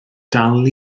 dal